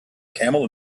camel